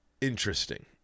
interesting